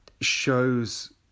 shows